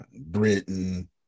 Britain